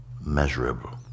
measurable